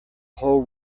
whole